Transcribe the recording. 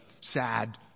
sad